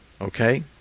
okay